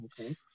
okay